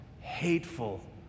hateful